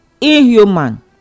inhuman